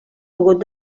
pogut